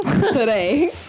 today